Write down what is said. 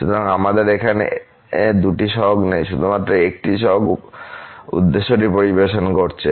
সুতরাং আমাদের এখন দুটি সহগ নেই শুধুমাত্র একটি সহগ উদ্দেশ্যটি পরিবেশন করছে